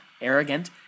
arrogant